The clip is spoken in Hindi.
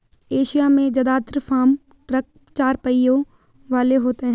एशिया में जदात्र फार्म ट्रक चार पहियों वाले होते हैं